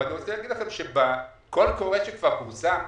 אני רוצה להגיד לכם שבקול קורא שכבר פורסם,